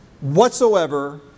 Whatsoever